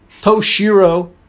Toshiro